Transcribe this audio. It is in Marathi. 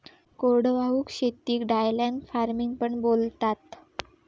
कोरडवाहू शेतीक ड्रायलँड फार्मिंग पण बोलतात